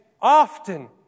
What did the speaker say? often